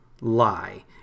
lie